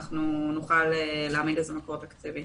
אנחנו נוכל להעמיד לזה מקור תקציבי,